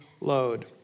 load